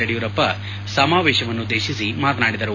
ಯಡಿಯೂರಪ್ಪ ಸಮಾವೇಶವನ್ನುದ್ದೇಶಿಸಿ ಮಾತನಾಡಿದರು